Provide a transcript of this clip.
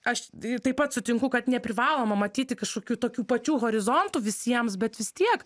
aš tai taip pat sutinku kad neprivaloma matyti kažkokių tokių pačių horizontų visiems bet vis tiek